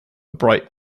bright